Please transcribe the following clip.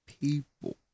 people